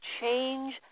change